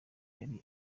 yari